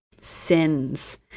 Sins